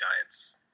Giants